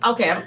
Okay